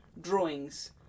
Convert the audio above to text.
drawings